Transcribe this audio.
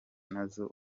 nazo